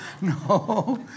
no